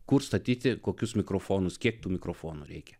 kur statyti kokius mikrofonus kiek tų mikrofonų reikia